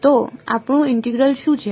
તો આપણું ઇન્ટિગ્રલ શું છે